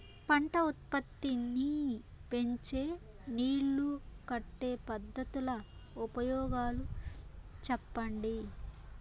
పంట ఉత్పత్తి నీ పెంచే నీళ్లు కట్టే పద్ధతుల ఉపయోగాలు చెప్పండి?